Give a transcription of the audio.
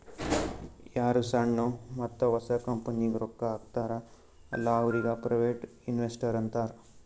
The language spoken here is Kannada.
ಯಾರು ಸಣ್ಣು ಮತ್ತ ಹೊಸ ಕಂಪನಿಗ್ ರೊಕ್ಕಾ ಹಾಕ್ತಾರ ಅಲ್ಲಾ ಅವ್ರಿಗ ಪ್ರೈವೇಟ್ ಇನ್ವೆಸ್ಟರ್ ಅಂತಾರ್